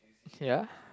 ya